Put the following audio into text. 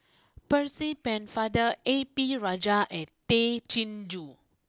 Percy Pennefather A P Rajah and Tay Chin Joo